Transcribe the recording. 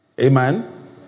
Amen